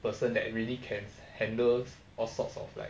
person that really can handles all sorts of like